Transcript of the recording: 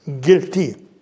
Guilty